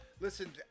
Listen